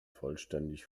vollständig